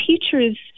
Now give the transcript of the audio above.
teachers